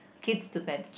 kids to pets